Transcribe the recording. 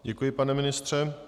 Děkuji, pane ministře.